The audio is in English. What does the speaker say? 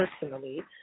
personally